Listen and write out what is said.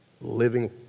living